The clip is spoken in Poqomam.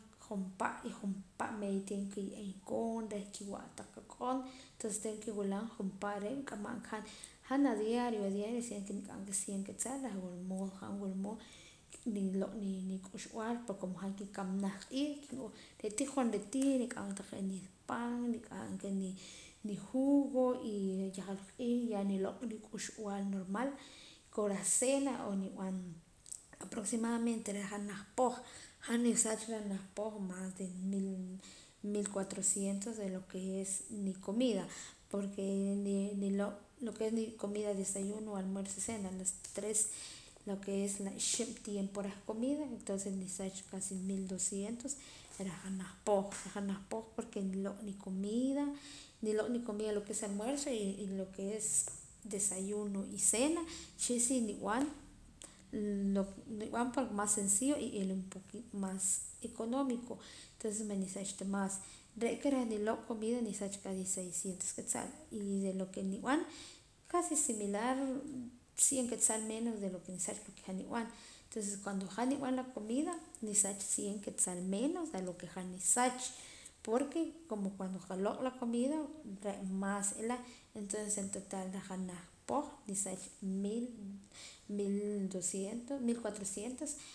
Junpa' y junpa' meeya tengo que nye'eem koon reh kiwa'a taq ak'on tengo que wilam jun pa re' q'aman qa han han la diario diario niq'anqa cien keetzal reh wula mood han wula mood niloq' nuk'uxb'al como han kinkamana janaj q'iij re' tii joonera tii niq'anqa nupan niq'anqa nujugo y reh yahal q'iij niloq' nuk'uxb'al normal ko reh cena nib'an aproximandamente reh janaj poh han nisaach reh janaj poh más de mil cuatrocientos de lo que es comida porque niloq' comida desayuno almuerzo y cena lo que es la ixib' tiempo reh comida entonces casi nisaach mil doscientos reh janaj poh porque han nuloq' nicomida lo que es almuerzo y lo que es desayuno y cena uche' si nib'an pan más sencillo y n'ila juntz'ip más económico entonces man nusaach ta más re' aka reh nuloq' comida nisaach qa ni seiscientos quetzales y de lo que nib'an casi similar cien keetzal menos de lo que han nib'an entonces cuando han nib'an la comida nisaach cien keetzal menos a lo que han nisaach porque como cuando qaloq' la comida re más n'ila entonces en total reh janaj poh nisaach mil doscientos mil cuatrocientos